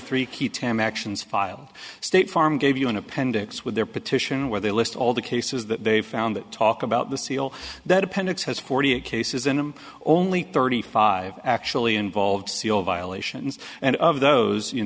actions filed state farm gave you an appendix with their petition where they list all the cases that they found that talk about the seal that appendix has forty eight cases and i'm only thirty five actually involved see all violations and of those you